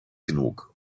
genug